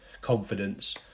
confidence